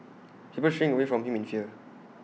people shrink away from him in fear